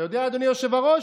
אתה יודע, אדוני היושב-ראש?